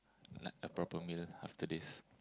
like a proper meal after this